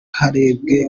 harebwe